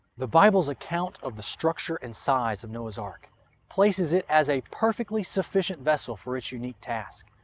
the bible's account of the structure and size of noah's ark places it as a perfectly sufficient vessel for its unique task.